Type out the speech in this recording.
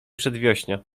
przedwiośnia